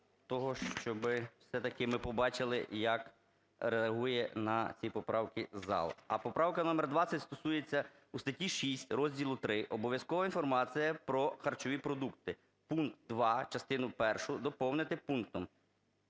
все-таки ми побачили як реагує на ці поправки зал. А поправка номер 20 стосується у статті 6, розділу ІІІ обов'язкова інформація про харчові продукти. Пункт 2) частину першу доповнити пунктом: